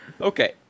Okay